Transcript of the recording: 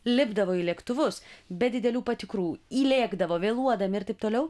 lipdavo į lėktuvus be didelių patikrų įlėkdavo vėluodami ir taip toliau